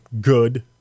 good